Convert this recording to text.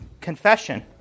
Confession